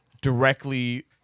directly